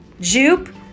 Jupe